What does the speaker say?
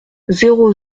zéro